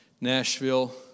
Nashville